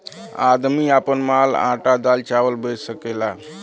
आदमी आपन माल आटा दाल चावल बेच सकेला